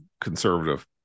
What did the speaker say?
conservative